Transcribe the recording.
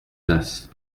tasses